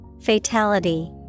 Fatality